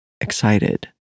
excited